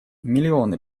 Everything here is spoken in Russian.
миллионы